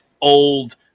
old